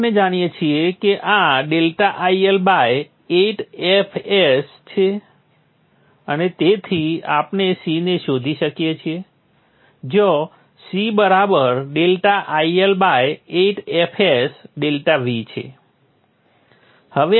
હવે આપણે જાણીએ છીએ કે આ ∆IL 8fs છે અને તેથી આપણે C ને શોધી શકીએ છીએ જ્યાં C બરાબર ∆IL 8fs ∆V છે